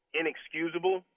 inexcusable